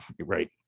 Right